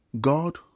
God